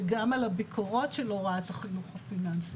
וגם על הביקורות של הוראת החינוך הפיננסי.